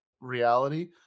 reality